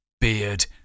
Beard